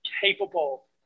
capable